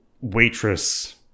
waitress